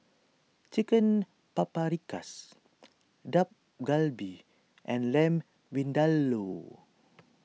Chicken Paprikas Dak Galbi and Lamb Vindaloo